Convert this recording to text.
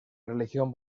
religión